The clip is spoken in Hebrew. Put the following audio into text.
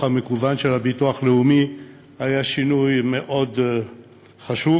המקוון של הביטוח הלאומי היה שינוי מאוד חשוב,